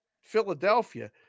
Philadelphia